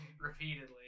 repeatedly